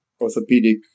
orthopedic